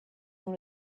dans